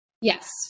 Yes